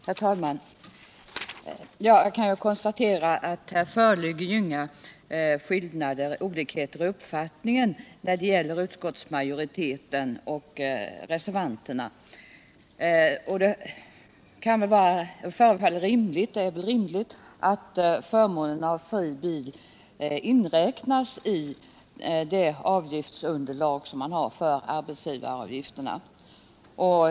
Herr talman! Jag kan konstatera att här inte föreligger några skillnader i uppfattning mellan utskottsmajoriteten och reservanterna. Det kan förefalla rimligt att förmånen av fri bil inräknas i avgiftsunderlaget för arbetsgivaravgifterna.